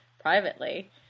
privately